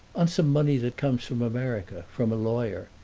on some money that comes from america, from a lawyer.